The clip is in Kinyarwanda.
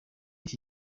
iki